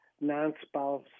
non-spouse